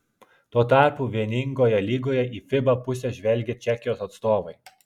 tuo tarpu vieningojoje lygoje į fiba pusę žvelgia čekijos atstovai